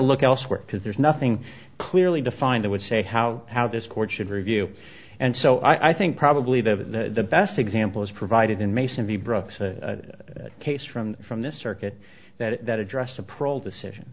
look elsewhere because there's nothing clearly defined i would say how how this court should review and so i think probably the best example is provided in mason v brooks a case from from this circuit that addressed a prole decision